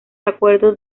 acuerdo